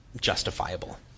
justifiable